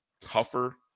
tougher